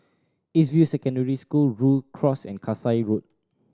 East View Secondary School Rhu Cross and Kasai Road